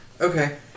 Okay